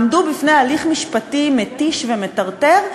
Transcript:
עמדו בפני הליך משפטי מתיש ומטרטר.